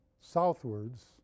southwards